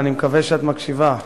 אני מקווה שאת מקשיבה,